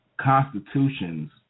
constitutions